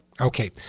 Okay